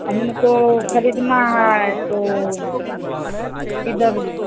हमको खरीदना है तो क्या दर